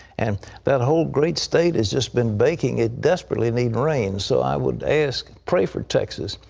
and that whole great state has just been baking. it desperately needs rain. so i would ask, pray for texas.